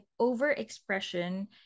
overexpression